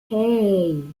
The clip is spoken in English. hey